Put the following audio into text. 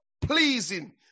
pleasing